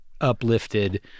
uplifted